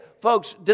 folks